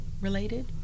related